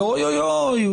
ואוי-אוי-אוי,